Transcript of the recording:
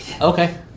Okay